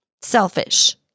Selfish